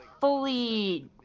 fully